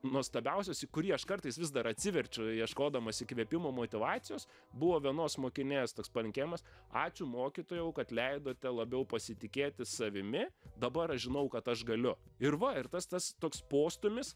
nuostabiausias į kurį aš kartais vis dar atsiverčiu ieškodamas įkvėpimo motyvacijos buvo vienos mokinės toks palinkėjimas ačiū mokytojau kad leidote labiau pasitikėti savimi dabar aš žinau kad aš galiu ir va ir tas tas toks postūmis